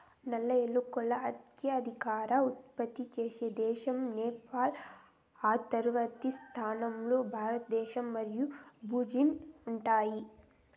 నల్ల ఏలకులు అత్యధికంగా ఉత్పత్తి చేసే దేశం నేపాల్, ఆ తర్వాతి స్థానాల్లో భారతదేశం మరియు భూటాన్ ఉన్నాయి